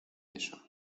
eso